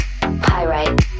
Pyrite